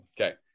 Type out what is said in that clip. Okay